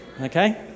Okay